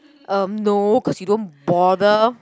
um no cause you don't bother